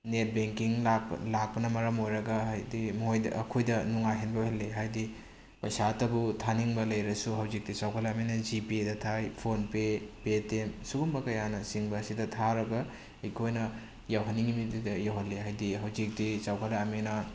net banking ꯂꯥꯛꯄꯅ ꯃꯔꯝ ꯑꯣꯏꯔꯒ ꯍꯥꯏꯗꯤ ꯑꯩꯈꯣꯏꯗ ꯅꯨꯡꯉꯥꯏꯍꯟꯕ ꯑꯣꯏꯍꯜꯂꯤ ꯍꯥꯏꯗꯤ ꯄꯩꯁꯥꯇꯕꯨ ꯊꯥꯅꯤꯡꯕ ꯂꯩꯔꯁꯨ ꯍꯧꯖꯤꯛꯇꯤ ꯆꯥꯎꯈꯠꯂꯛꯑꯃꯤꯅ ꯖꯤꯄꯦꯗ ꯊꯥꯏ ꯐꯣꯟꯄꯦ ꯄꯦꯇꯦꯝ ꯁꯤꯒꯨꯝꯕ ꯀꯌꯥꯅꯆꯤꯡꯕ ꯑꯁꯤꯗ ꯊꯥꯔꯒ ꯑꯩꯈꯣꯏꯅ ꯌꯧꯍꯟꯅꯤꯡꯏ ꯃꯤꯗꯨꯗ ꯌꯧꯍꯜꯂꯤ ꯍꯥꯏꯗꯤ ꯍꯧꯖꯤꯛꯇꯤ ꯆꯥꯎꯈꯠꯂꯛꯑꯃꯤꯅ